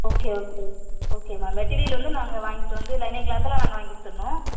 okay okay ஓகேமா material வந்து நாங்கள் வாங்கிட்டு வந்து லைனிங் கிளாத்தெல்லாம் நாங்கள் வாங்கிக்கொடுத்துறணும்